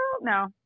no